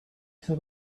till